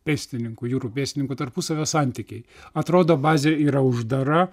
pėstininkų jūrų pėstininkų tarpusavio santykiai atrodo bazė yra uždara